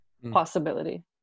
possibility